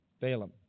Balaam